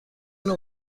نوع